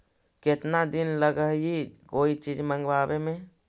केतना दिन लगहइ कोई चीज मँगवावे में?